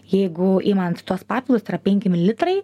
jeigu imant tuos papildus tai yra penki mililitrai